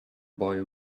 boy